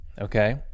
okay